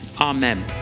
Amen